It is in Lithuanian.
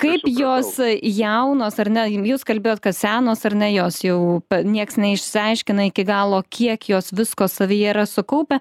kaip jos jaunos ar ne jūs kalbėjot kad senos ar ne jos jau niekas neišsiaiškina iki galo kiek jos visko savyje yra sukaupę